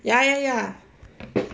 ya ya ya